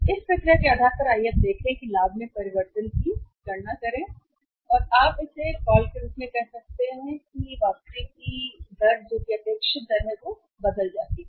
इस प्रक्रिया के आधार पर आइए अब देखें कि लाभ में परिवर्तन की गणना करें या आप इसे कॉल के रूप में कह सकते हैं वापसी की दर जो कि अपेक्षित दर है वह बदल जाती है